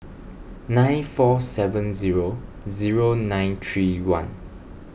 nine four seven zero zero nine three one